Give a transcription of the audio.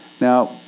Now